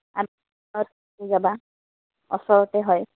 যাবা ওচৰতে হয়